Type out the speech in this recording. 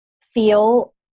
feel